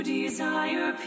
desire